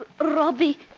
Robbie